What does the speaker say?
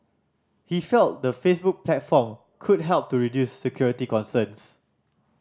he felt the Facebook platform could help to reduce security concerns